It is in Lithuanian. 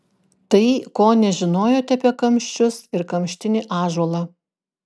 tai ko nežinojote apie kamščius ir kamštinį ąžuolą